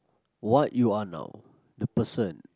what you are now the person